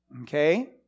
okay